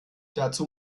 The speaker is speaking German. dazu